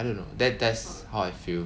I don't know that that's how I feel